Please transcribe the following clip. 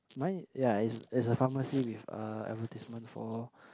mine yeah is is a pharmacy with a advertisement for